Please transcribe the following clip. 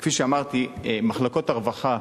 כפי שאמרתי, מחלקות הרווחה,